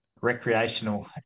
recreational